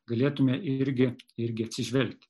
galėtume irgi irgi atsižvelgti